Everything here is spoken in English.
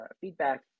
feedback